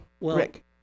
Rick